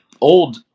old